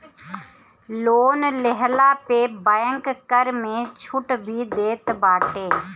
loan लेहला पे bank कर में छुट भी देत बाटे